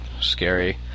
Scary